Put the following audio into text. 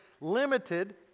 limited